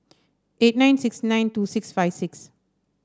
eight nine six nine two six five six